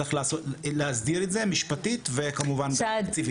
צריך להסדיר את זה משפטית וכמובן תקציבית.